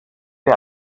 der